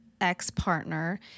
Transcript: ex-partner